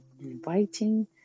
inviting